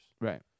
Right